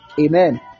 Amen